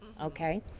Okay